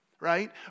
right